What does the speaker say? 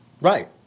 Right